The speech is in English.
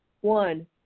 One